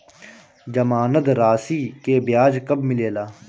जमानद राशी के ब्याज कब मिले ला?